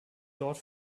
dort